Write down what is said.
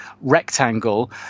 rectangle